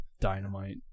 Dynamite